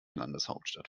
landeshauptstadt